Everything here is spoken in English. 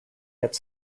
get